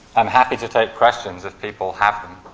i'm happy to take questions if people have them.